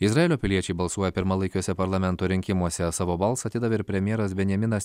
izraelio piliečiai balsuoja pirmalaikiuose parlamento rinkimuose savo balsą atidavė ir premjeras benjaminas